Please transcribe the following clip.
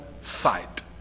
sight